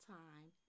time